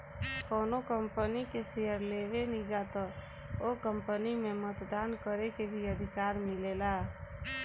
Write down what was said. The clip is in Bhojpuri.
कौनो कंपनी के शेयर लेबेनिजा त ओ कंपनी में मतदान करे के भी अधिकार मिलेला